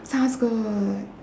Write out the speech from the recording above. sounds good